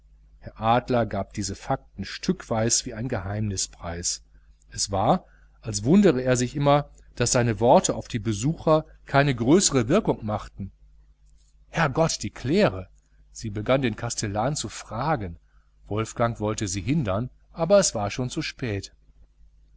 herr adler gab diese fakten stückweis wie ein geheimnis preis es war als wundere er sich immer daß seine worte auf die besucher keine größere wirkung machten herrgott die claire sie begann den kastellan zu fragen wolfgang wollte sie hindern aber es war schon zu spät